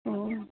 অঁ